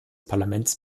parlaments